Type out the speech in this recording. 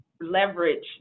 leverage